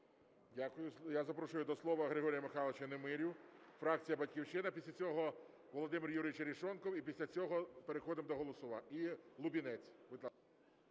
Дякую. Я запрошую до слова Григорія Михайловича Немирю, фракція "Батьківщина". Після цього Володимир Юрійович Арешонков. І після цього переходимо до голосування.